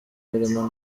imirimo